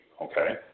okay